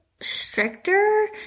stricter